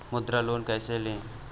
मुद्रा लोन कैसे ले?